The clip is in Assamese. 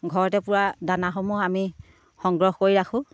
ঘৰতে পোৱা দানাসমূহ আমি সংগ্ৰহ কৰি ৰাখোঁ